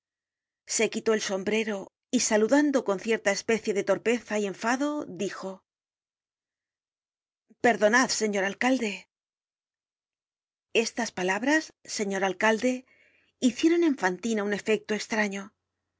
se quitó el sombrero y saludando con cierta especie de torpeza y enfado dijo perdonad señor alcalde estas palabras señor alcalde hicieron en fantina un efecto estraño se